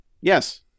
Yes